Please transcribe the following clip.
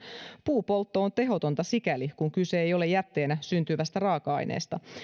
puunpoltto on tehotonta sikäli kuin kyse ei ole jätteenä syntyvästä raaka aineesta